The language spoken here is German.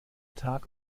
tag